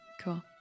Cool